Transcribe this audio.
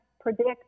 predict